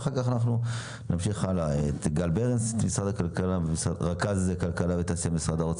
ואחר כך נשמע את גל ברנס ממשרד האוצר,